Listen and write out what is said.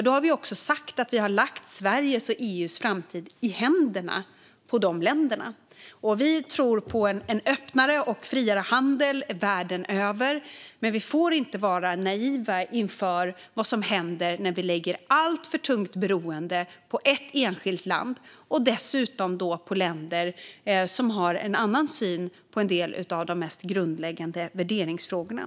Då har vi även sagt att vi har lagt Sveriges och EU:s framtid i händerna på de länderna. Vi tror på en öppnare och friare handel världen över, men får inte vara naiva inför vad som händer när man blir alltför beroende av ett enskilt land - som dessutom kan ha en annan syn på de mest grundläggande värderingsfrågorna.